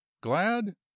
glad